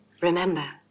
Remember